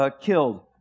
killed